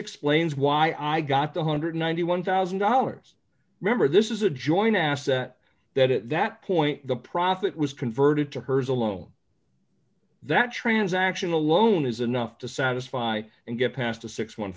explains why i got the one hundred and ninety one thousand dollars remember this is a joint asset that at that point the profit was converted to hers alone that transaction alone is enough to satisfy and get past the six